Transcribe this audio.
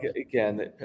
Again